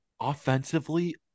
offensively